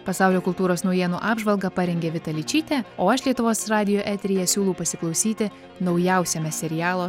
pasaulio kultūros naujienų apžvalgą parengė vita ličytė o aš lietuvos radijo eteryje siūlau pasiklausyti naujausiame serialo